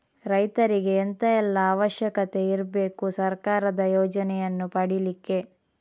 ರೈತರಿಗೆ ಎಂತ ಎಲ್ಲಾ ಅವಶ್ಯಕತೆ ಇರ್ಬೇಕು ಸರ್ಕಾರದ ಯೋಜನೆಯನ್ನು ಪಡೆಲಿಕ್ಕೆ?